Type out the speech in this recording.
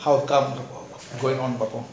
how come going on னு பாப்போம்:nu paapom